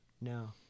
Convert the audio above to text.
No